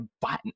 button